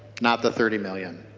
not the thirty million.